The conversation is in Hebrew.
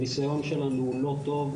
הניסיון שלנו הוא לא טוב,